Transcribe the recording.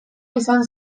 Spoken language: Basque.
izan